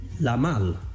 Lamal